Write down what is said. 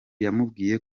yamubwiye